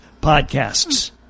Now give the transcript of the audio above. podcasts